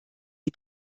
die